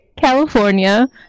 California